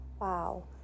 Wow